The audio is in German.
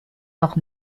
noch